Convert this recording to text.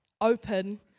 open